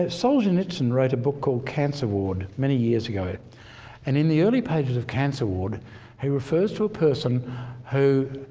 solzhenitsyn wrote a book called cancer ward many years ago it and in the early pages of cancer ward he refers to a person who,